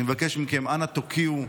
אנא מכם, אנא, תוקיעו,